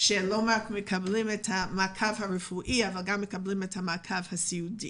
שהן מקבלות את המעקב הרפואי ואת המעקב הסיעודי.